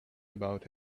about